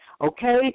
okay